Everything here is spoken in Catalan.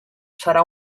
serà